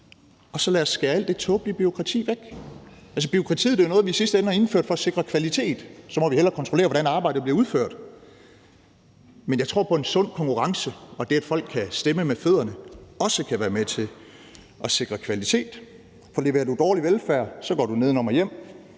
Og lad os så skære alt det tåbelige bureaukrati væk. Altså, bureaukratiet er i sidste ende noget, vi har indført for at sikre kvalitet, hvorfor vi har tænkt: Så må vi hellere kontrollere, hvordan arbejdet bliver udført. Men jeg tror på en sund konkurrence og på, at det, at folk kan stemme med fødderne, også kan være med til at sikre kvalitet. For leverer du dårlig velfærd, går du nedenom og hjem.